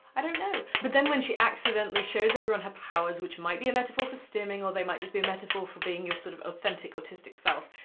i don't know! but then when she accidentally shows everyone her powers, which might be a metaphor for stimming, or they might just be a metaphor for being your sort of authentic autistic self,